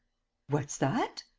what's that?